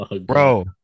Bro